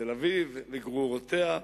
תל-אביב וגרורותיה.